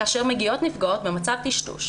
כאשר מגיעות נפגעות במצב טשטוש,